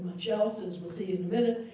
much else as we'll see in a minute,